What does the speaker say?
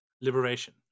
Liberation